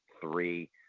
three